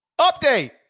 update